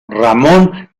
ramón